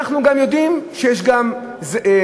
אנחנו גם יודעים שיש זוכים